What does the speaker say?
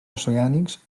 oceànics